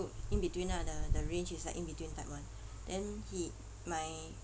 in between ah the the range is like in between type [one] then he my